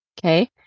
Okay